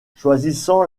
choisissant